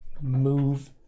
Move